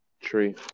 tree